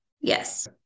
Yes